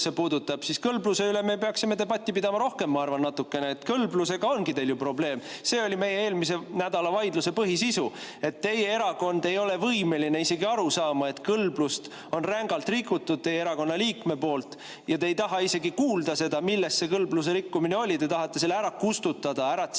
siis kõlbluse üle me peaksime debatti pidama natukene rohkem, ma arvan, kõlblusega ongi teil ju probleem. See oli meie eelmise nädala vaidluse põhisisu, et teie erakond ei ole võimeline isegi aru saama, et kõlblust on rängalt rikutud teie erakonna liikme poolt, ja te ei taha isegi kuulda seda, milles see kõlbluse rikkumine oli. Te tahate selle ära kustutada, ära